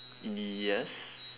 yes